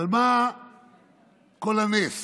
על מה כל הנס.